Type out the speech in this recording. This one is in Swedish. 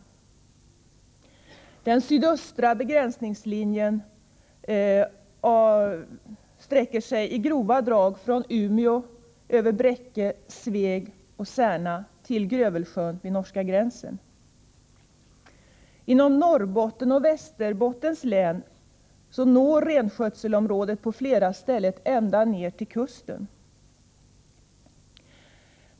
Den sydöstra begränsningslinjen sträcker sig i grova drag från Umeå över Bräcke, Sveg och Särna till Grövelsjön vid norska gränsen. Inom Norrbottens och Västerbottens län når renskötselområdet på flera ställen ända ner till kusten.